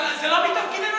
אבל זה לא מתפקידנו להחליט.